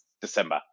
December